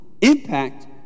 impact